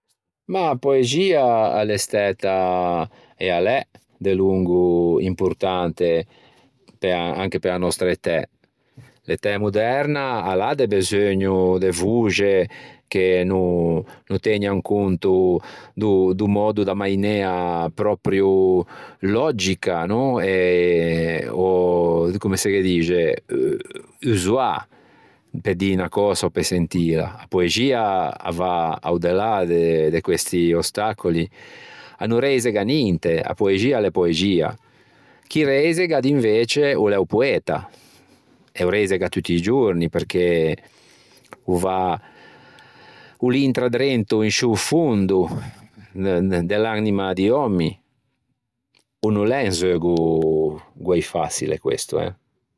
Ma a poexia a l'é stæta e a l'é delongo importante pe-a anche pe-a nòstra etæ. L'etæ moderna a l'à de beseugno de voxe che no no tëgnan conto do do mòddo da mainea pròprio lògica no, e òh comme se ghe dixe, usuâ pe dî unnna cösa ò pe sentila. A poexia a va a-o de là de de questi ostacoli, a no reisega ninte a poexia a l'é poexia. Chi reisega d'invece o l'é o poeta e o reisega tutti i giorni perché o va, o l'intra drento, in sciô fondo de de l'anima di òmmi. O n'o l'é un zeugo guæi façile questo, eh.